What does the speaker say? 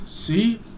See